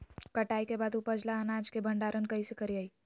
कटाई के बाद उपजल अनाज के भंडारण कइसे करियई?